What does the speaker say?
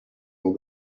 will